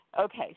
Okay